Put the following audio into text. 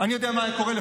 אני יודע מה היה קורה,